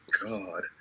God